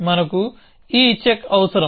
మనకు ఈ చెక్ అవసరం